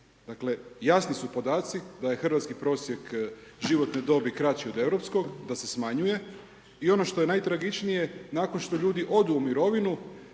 Dakle, jasni su podaci da je hrvatski prosjek životne dobi kraći od europskog, da se smanjuje. I ono što je najtragičnije nakon što ljudi odu u mirovinu,